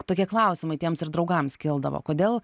tokie klausimai tiems ir draugams kildavo kodėl